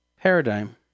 paradigm